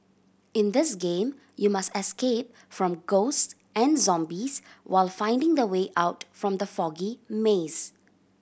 in this game you must escape from ghost and zombies while finding the way out from the foggy maze